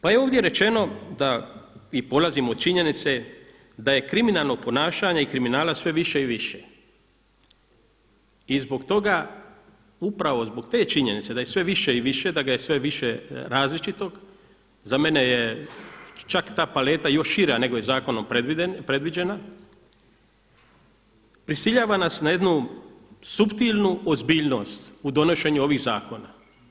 Pa je ovdje rečeno da i polazim od činjenice da je kriminalno ponašanje i kriminala sve više i više i zbog toga, upravo zbog te činjenice da je sve više i više, da ga je sve više različitog za mene je čak ta paleta još šira nego je zakonom predviđena prisiljava nas na jednu suptilnu ozbiljnost u donošenju ovih zakona.